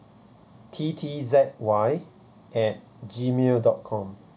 T T Z Y at G mail dot com